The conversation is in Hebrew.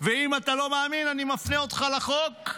ואם אתה לא מאמין אני מפנה אותך לחוק.